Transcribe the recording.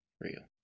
real